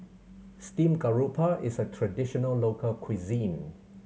steamed garoupa is a traditional local cuisine